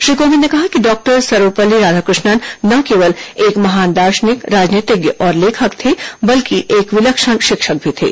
श्री कोविंद ने कहा कि डॉक्टर सर्वपल्ली राधाकृष्णन न केवल एक महान दार्शनिक राजनीतिज्ञ और लेखक थे बल्कि एक विलक्षण शिक्षक भी थे